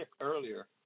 earlier